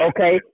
Okay